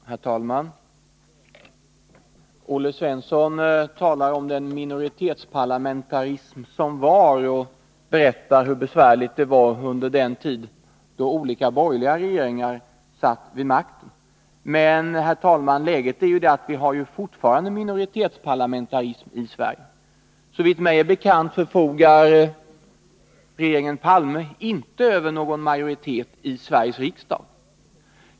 Herr talman! Olle Svensson talar om den minoritetsparlamentarism som var och berättar hur besvärligt det var under den tid då olika borgerliga regeringar satt vid makten. Men läget är att vi fortfarande har minoritetsparlamentarism i Sverige. Såvitt mig är bekant, förfogar nämligen regeringen Palme inte över någon majoritet i Sveriges riksdag.